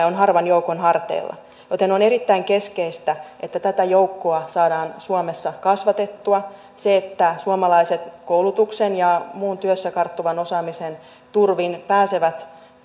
on harvan joukon harteilla joten on erittäin keskeistä että tätä joukkoa saadaan suomessa kasvatettua että suomalaiset koulutuksen ja muun työssä karttuvan osaamisen turvin pääsevät